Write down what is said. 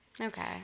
okay